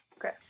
Okay